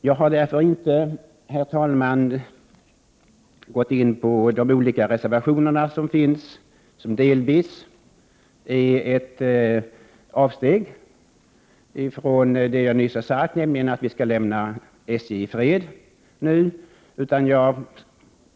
Jag har inte, herr talman, gått in på de olika reservationerna, som delvis innebär ett avsteg från det jag nyss har sagt, nämligen att vi skall lämna SJ i fred.